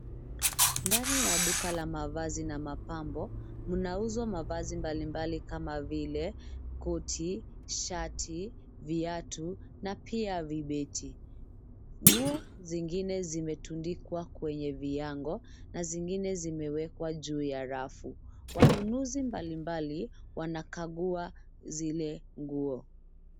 Ndani ya duka la mavazi na mapambo mnauzwa mavazi mbalimbali kama vile koti, shati, viatu na pia vibeti. Nguo zingine zimetundikwa kwenye viango na zingine zimewekwa juu ya rafu. Wanunuzi mbalimbali wanakagua zile nguo.